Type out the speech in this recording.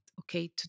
okay